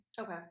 Okay